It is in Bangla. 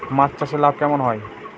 মাছ চাষে লাভ কেমন হয়?